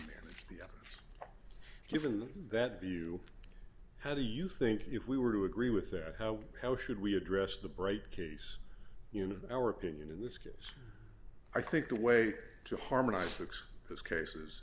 manage the trial given that view how do you think if we were to agree with that how how should we address the bright case unit in our opinion in this case i think the way to harmonize fix those cases